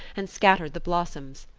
and scattered the blossoms,